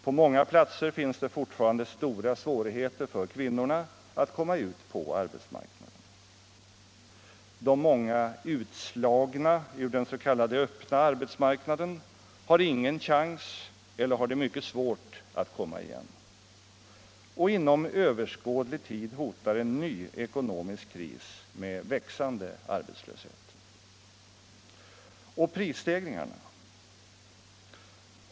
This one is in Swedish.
På många platser finns det fortfarande stora svårigheter för kvinnorna att komma ut på arbetsmarknaden. De många ur den s.k. öppna arbetsmarknaden utslagna har ingen chans eller har mycket svårt att komma igen. Och inom överskådlig tid hotar en ny ekonomisk kris med växande arbetslöshet. Och prisstegringarna?